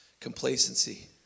complacency